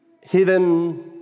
hidden